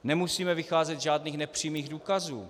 Nemusíme vycházet z žádných nepřímých důkazů.